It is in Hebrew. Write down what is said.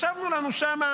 ישבנו לנו שם,